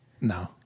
No